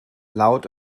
laut